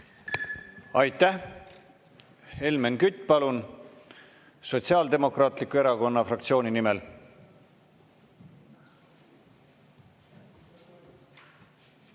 Aitäh! Helmen Kütt, palun, Sotsiaaldemokraatliku Erakonna fraktsiooni nimel!